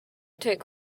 took